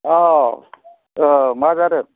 अ औ मा जादों